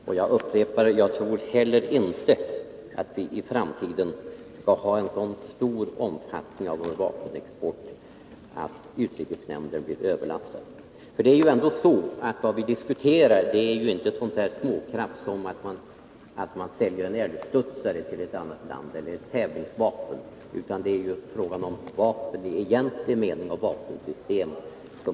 Jag trorinte heller — jag upprepar det — att vår vapenexport i framtiden skall ha så stor omfattning att utrikesnämnden blir överlastad. Vad vi diskuterar är ju inte något småkrafs som att man säljer en älgstudsare eller ett tävlingsvapen till ett annat land — det är fråga om vapen i egentlig mening och vapensystem.